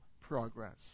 progress